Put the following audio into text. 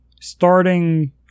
starting